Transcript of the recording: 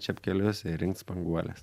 čepkelius ir rinkt spanguoles